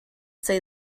say